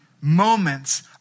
Moments